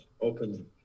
open